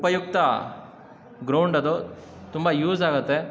ಉಪಯುಕ್ತ ಗ್ರೌಂಡ್ ಅದು ತುಂಬ ಯೂಸ್ ಆಗತ್ತೆ